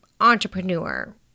entrepreneur